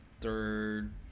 third